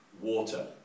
water